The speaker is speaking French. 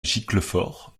giclefort